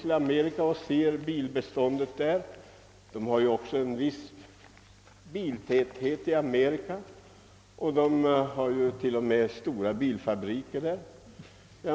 I Amerika finns ju en viss biltäthet och även stora bilfabriker.